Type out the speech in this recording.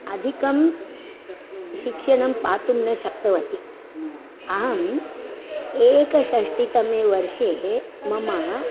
अधिकं शिक्षणं पातुं न शक्तवती अहम् एकषष्ठितमेवर्षे मम